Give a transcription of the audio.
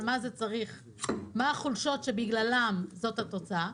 מה החולשות שבגללן זאת התוצאה,